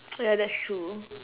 oh ya that's true